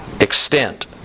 extent